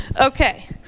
Okay